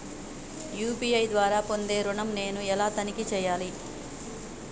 UPI ద్వారా పొందే ఋణం నేను ఎలా తనిఖీ చేయాలి?